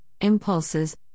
impulses